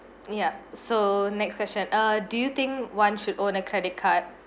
ya so next question uh do you think one should own a credit card